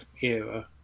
era